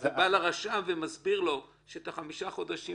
הוא בא לרשם ומסביר לו שבחמישה החודשים